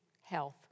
health